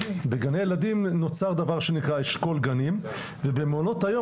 בגני ילדים נוצר דבר שנקרא אשכול גנים ובמעונות היום,